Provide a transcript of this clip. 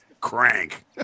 Crank